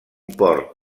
port